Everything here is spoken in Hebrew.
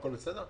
הכל בסדר?